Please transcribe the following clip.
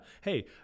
Hey